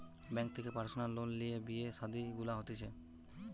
bank থেকে personal loan লিয়ে বিয়ে শাদী গুলা হতিছে